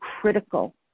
critical